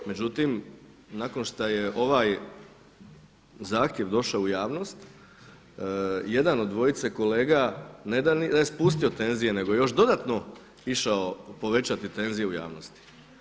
Međutim nakon što je ovaj zahtjev došao u javnost jedan od dvojice kolega ne da je spustio tenzije nego još dodatno išao povećati tenzije u javnosti.